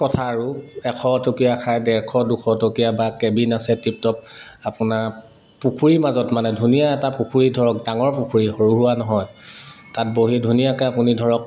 কথা আৰু এশ টকীয়া খাই ডেৰশ দুশ টকীয়া বা কেবিন আছে টিপটপ আপোনাৰ পুখুৰীৰ মাজত মানে ধুনীয়া এটা পুখুৰী ধৰক ডাঙৰ পুখুৰী সৰু সুৰা নহয় তাত বহি ধুনীয়াকৈ আপুনি ধৰক